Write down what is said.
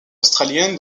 australienne